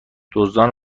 دزدان